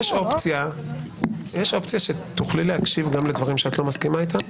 יש אופציה שתוכלי להקשיב גם לדברים שאת לא מסכימה איתם,